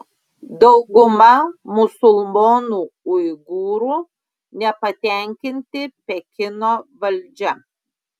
dauguma musulmonų uigūrų nepatenkinti pekino valdžia